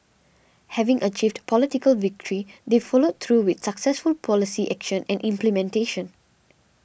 having achieved political victory they followed through with successful policy action and implementation